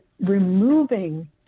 removing